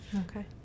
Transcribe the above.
Okay